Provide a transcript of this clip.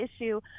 issue